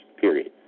period